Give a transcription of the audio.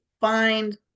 find